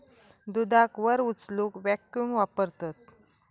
दुधाक वर उचलूक वॅक्यूम वापरतत